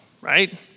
right